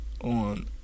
On